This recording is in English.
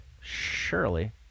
surely